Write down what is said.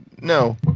No